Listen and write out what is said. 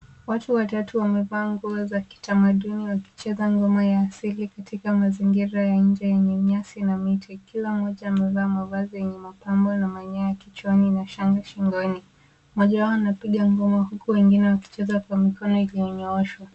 Watu watatu wamevaa nguo za kitamaduni wakicheza ngoma ya asili katika mazingira ya nje yenye nyasi na miti. Kila mmoja amevalia mavazi yenye mapambo na manyoya kichwani na shanga shingoni. Mmoja wao anapiga ngoma huku wengine wakicheza kwa mikono iliyonyooshwa.